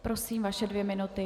Prosím, vaše dvě minuty.